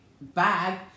bag